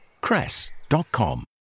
cress.com